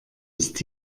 ist